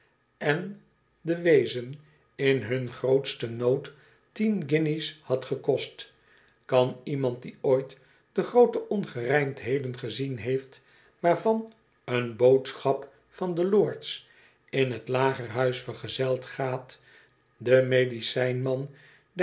en den weezen in hun grootsten nood tien guinjes had gekost kan iemand die ooit de groote ongerijmdheden gezien heeft waarvan een boodschap van de lords in t lagerhuis vergezeld gaat den medicijn man